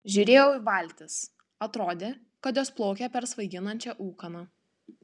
žiūrėjau į valtis atrodė kad jos plaukia per svaiginančią ūkaną